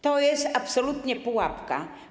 To jest absolutnie pułapka.